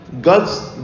God's